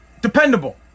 dependable